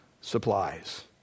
supplies